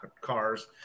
cars